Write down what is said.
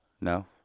no